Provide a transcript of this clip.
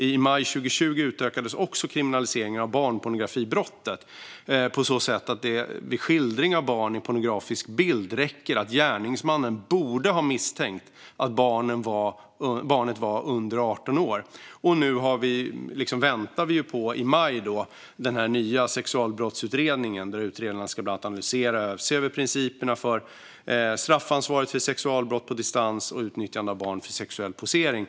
I maj 2020 utökades också kriminaliseringen av barnpornografibrottet på så sätt att det vid skildring av barn i pornografisk bild räcker att gärningsmannen borde ha misstänkt att barnet var under 18 år. Nu väntar vi på den nya sexualbrottsutredningen som ska presenteras i maj. Utredaren har bland annat analyserat och sett över principerna för straffansvaret vid sexualbrott på distans och utnyttjande av barn för sexuell posering.